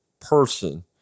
person